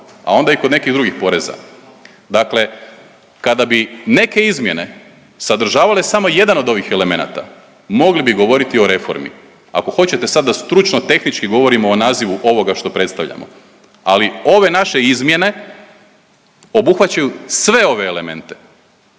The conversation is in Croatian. a onda i kod nekih drugih poreza, dakle kada bi neke izmjene sadržavale samo jedan od ovih elemenata, mogli bi govoriti o reformi. Ako hoćete, sad da stručno tehnički govorimo o nazivu ovoga što predstavljamo, ali ove naše izmjene obuhvaćaju sve ove elemente.